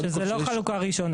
שזה לא חלוקה ראשונה.